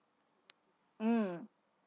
mm